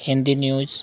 news